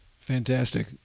Fantastic